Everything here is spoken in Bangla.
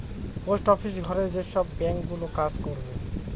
পোস্ট অফিস ঘরে যেসব ব্যাঙ্ক গুলো কাজ করবে